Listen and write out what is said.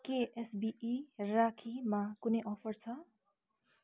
के एसबिई राखीमा कुनै अफर छ